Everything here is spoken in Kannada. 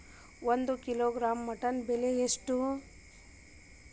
ಒಂದು ಕಿಲೋಗ್ರಾಂ ಮಟನ್ ಬೆಲೆ ಎಷ್ಟ್?